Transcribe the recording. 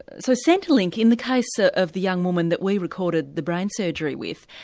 so centrelink in the case ah of the young woman that we recorded the brain surgery with,